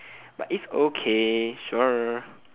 but it's okay sure